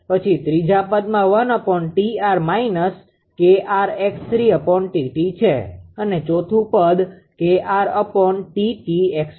પછી ત્રીજા પદમાં છે અને ચોથું પદ 𝐾𝑟𝑇𝑡 𝑥